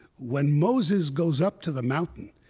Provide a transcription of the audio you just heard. when moses goes up to the mountain,